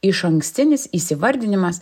išankstinis įsivardinimas